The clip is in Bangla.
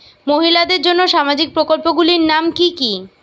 মহিলাদের জন্য সামাজিক প্রকল্প গুলির নাম কি কি?